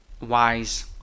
wise